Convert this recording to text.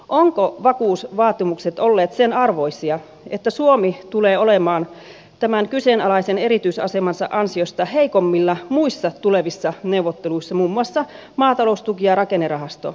ovatko vakuusvaatimukset olleet sen arvoisia että suomi tulee olemaan tämän kyseenalaisen erityisasemansa ansiosta heikommilla muissa tulevissa neuvotteluissa muun muassa maataloustuki ja rakennerahastoneuvotteluissa